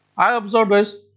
i observed is,